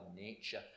nature